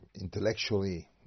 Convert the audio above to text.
intellectually